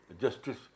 justice